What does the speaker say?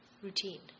routine